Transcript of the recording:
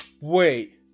Wait